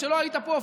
כשלא היית פה,